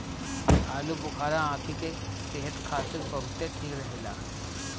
आलूबुखारा आंखी के सेहत खातिर बहुते ठीक रहेला